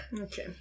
Okay